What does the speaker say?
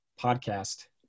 podcast